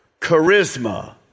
charisma